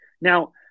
Now